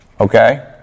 okay